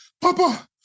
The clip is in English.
Papa